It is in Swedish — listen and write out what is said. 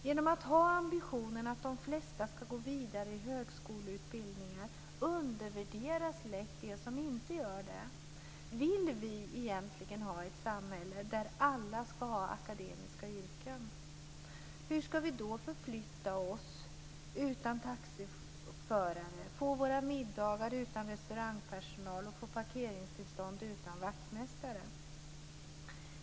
Genom att ha ambitionen att de flesta ska gå vidare i högskoleutbildningar undervärderas lätt de som inte gör det. Vill vi egentligen ha ett samhälle där alla ska ha akademiska yrken? Hur ska vi då förflytta oss utan taxiförare, få våra middagar utan restaurangpersonal och få parkeringstillstånd utan vaktmästare?